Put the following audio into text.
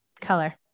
Color